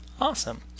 awesome